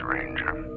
Ranger